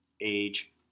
age